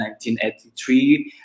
1983